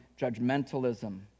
judgmentalism